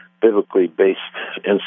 biblically-based